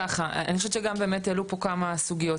אז ככה, אני חושבת שגם באמת העלו פה כמה סוגיות.